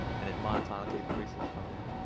and it monetonically decreases from there.